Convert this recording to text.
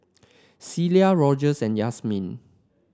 Celia Rogers and Yasmine